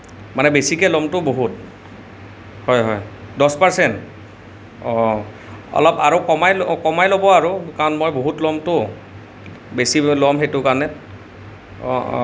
মানে বেছিকৈ ল'মতো বহুত হয় হয় দহ পাৰ্চেণ্ট অঁ অলপ আৰু কমাই কমাই ল'ব আৰু কাৰণ মই বহুত ল'মতো বেছি ল'ম সেইটো কাৰণে